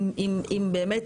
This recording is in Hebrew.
עם באמת,